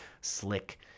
slick